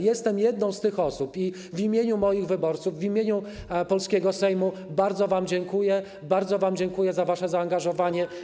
Jestem jedną z tych osób i w imieniu moich wyborców, w imieniu polskiego Sejmu bardzo wam dziękuję, bardzo wam dziękuję za wasze zaangażowanie.